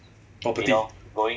躲不 liao